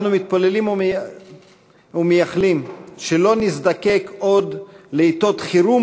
אנו מתפללים ומייחלים שלא נזדקק עוד לעתות חירום